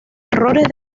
errores